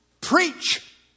preach